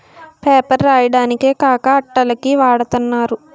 paper రాయడానికే కాక అట్టల కి వాడతన్నారు